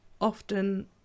often